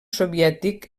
soviètic